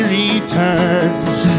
returns